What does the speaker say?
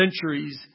centuries